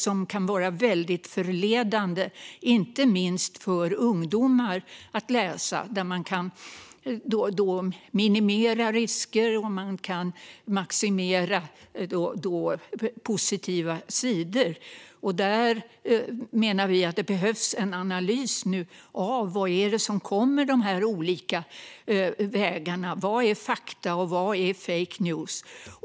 Det kan vara väldigt förledande, inte minst för ungdomar, att läsa att man kan minimera risker och maximera positiva sidor. Vi menar att man behöver göra en analys av vad som kommer de här olika vägarna - vad är fakta, och vad är fake news?